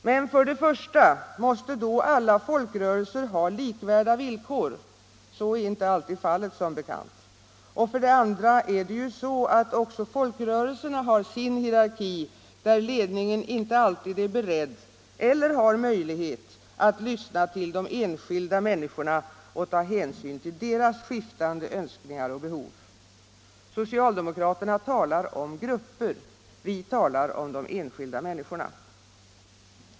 Men för det första måste då alla folkrörelser ha likvärda villkor — så är inte alltid fallet, som bekant — och för det andra är det ju så, att också folkrörelserna har sin hierarki, där ledningen inte alltid är beredd eller har möjlighet att lyssna till de enskilda människorna och ta hänsyn till deras skiftande önskningar och behov. Socialdemokraterna talar om grupper — vi talar om de enskilda människorna.